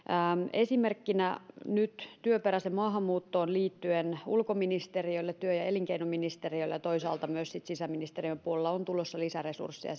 esimerkkinä nyt työperäiseen maahanmuuttoon liittyen ulkoministeriölle ja työ ja elinkeinoministeriölle toisaalta myös sisäministeriön puolelle on tulossa lisäresursseja